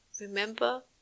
Remember